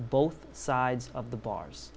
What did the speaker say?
both sides of the bars